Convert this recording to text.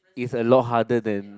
is a lot harder than